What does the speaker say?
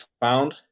found